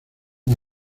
una